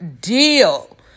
deal